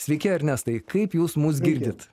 sveiki ernestai kaip jūs mus girdit